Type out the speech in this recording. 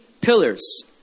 pillars